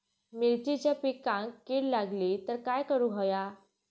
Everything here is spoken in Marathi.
मिरचीच्या पिकांक कीड लागली तर काय करुक होया?